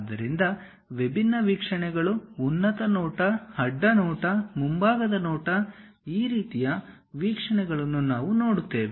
ಆದ್ದರಿಂದ ವಿಭಿನ್ನ ವೀಕ್ಷಣೆಗಳು ಉನ್ನತ ನೋಟ ಅಡ್ಡ ನೋಟ ಮುಂಭಾಗದ ನೋಟ ಈ ರೀತಿಯ ವೀಕ್ಷಣೆಗಳನ್ನು ನಾವು ನೋಡುತ್ತೇವೆ